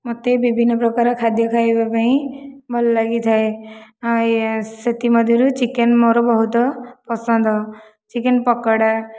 ମତେ ବିଭିନ୍ନ ପ୍ରକାର ଖାଦ୍ୟ ଖାଇବାପାଇଁ ଭଲ ଲାଗିଥାଏ ସେଥିମଧ୍ୟରୁ ଚିକେନ୍ ମୋର ବହୁତ ପସନ୍ଦ ଚିକେନ ପକୋଡ଼ା